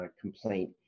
complaint